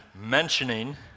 mentioning